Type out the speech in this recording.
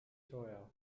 teuer